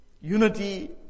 unity